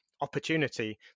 opportunity